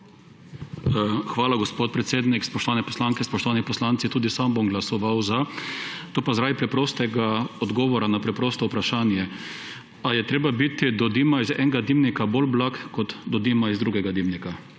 Hvala, gospod predsednik. Spoštovane poslanke, spoštovani poslanci! Tudi sam bom glasoval za. To pa zaradi preprostega odgovora na preprosto vprašanje, ali je treba biti do dima iz enega dimnika bolj blag kot do dima iz drugega dimnika.